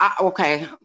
okay